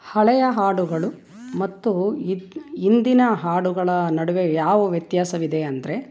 ಹಳೆಯ ಹಾಡುಗಳು ಮತ್ತು ಇಂದಿನ ಹಾಡುಗಳ ನಡುವೆ ಯಾವ ವ್ಯತ್ಯಾಸವಿದೆ ಅದರೆ